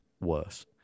worse